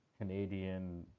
Canadian